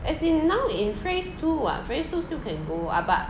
as in now in phase two what phase two still can go ah but